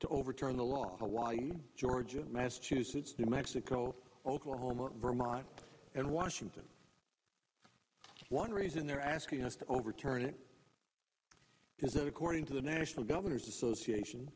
to overturn the law hawaii georgia massachusetts new mexico oklahoma vermont and washington one reason they're asking us to overturn it because according to the national governors association